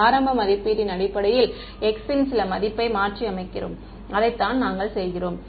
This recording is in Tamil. ஆரம்ப மதிப்பீட்டின் அடிப்படையில் x ன் சில மதிப்பை மாற்றியமைக்கிறோம் அதைத்தான் நாங்கள் செய்கிறோம்